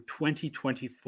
2024